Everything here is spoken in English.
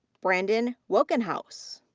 brandon woenkhaus.